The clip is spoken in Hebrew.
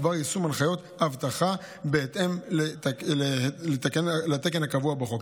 בדבר יישום הנחיות האבטחה בהתאם לתקן הקבוע בחוק.